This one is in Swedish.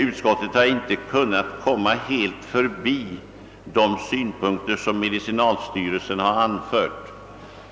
Utskottet har emellertid inte kunnat gå helt förbi de synpunkter som medicinalstyrelsen har anfört.